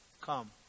come